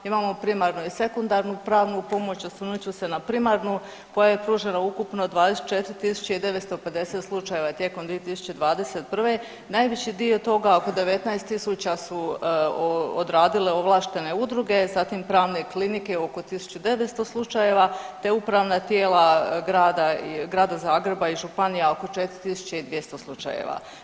Imamo primarnu i sekundarnu pravnu pomoć, osvrnut ću se na primarnu koja je pružena u ukupno 24.950 slučajeva tijekom 2021., najviši dio toga oko 19.000 su odradile ovlaštene udruge, zatim pravne klinike oko 1.900 slučajeva, te upravna tijela grada, Grada Zagreba i županija oko 4.200 slučajeva.